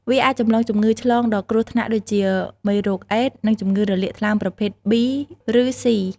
វាអាចចម្លងជំងឺឆ្លងដ៏គ្រោះថ្នាក់ដូចជា មេរោគអេដស៍ និងជំងឺរលាកថ្លើមប្រភេទ ប៊ី ឬស៊ី។